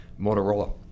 Motorola